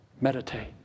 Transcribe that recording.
Meditate